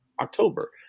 October